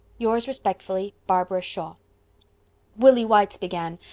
yours respectfully, barbara shaw willie white's began,